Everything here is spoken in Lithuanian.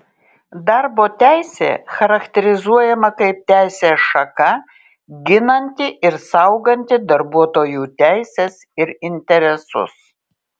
darbo teisė charakterizuojama kaip teisės šaka ginanti ir sauganti darbuotojų teises ir interesus